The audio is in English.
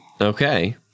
okay